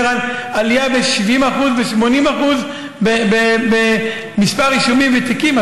על עלייה ב-70% ו-80% במספר האישומים והתיקים,